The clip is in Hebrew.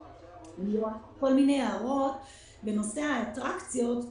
אני מבקשת לומר כמה מילים בנושא האטרקציות,